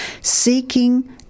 seeking